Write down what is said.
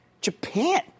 Japan